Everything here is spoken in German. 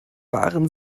waren